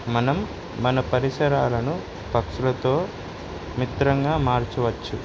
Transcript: మనం మన పరిసరాలను పక్షులతో మిత్రంగా మార్చవచ్చు